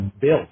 built